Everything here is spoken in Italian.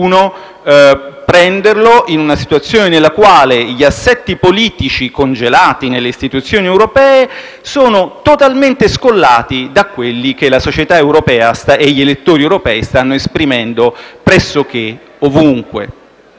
valutarlo in una situazione nella quale gli assetti politici congelati nelle istituzioni europee sono totalmente scollati da quelli che la società europea e gli elettori europei stanno esprimendo pressoché ovunque.